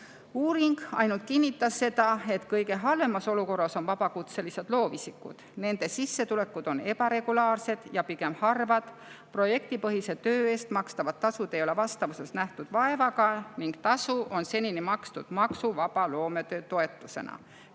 Uuring ainult kinnitas seda, et kõige halvemas olukorras on vabakutselised loovisikud. Nende sissetulekud on ebaregulaarsed ja pigem harvad, projektipõhise töö eest makstavad tasud ei ole vastavuses nähtud vaevaga ning tasu on senini makstud maksuvaba loometöötoetusena.